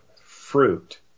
fruit